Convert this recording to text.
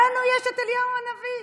לנו יש את אליהו הנביא.